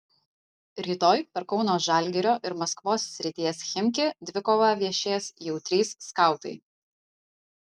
rytoj per kauno žalgirio ir maskvos srities chimki dvikovą viešės jau trys skautai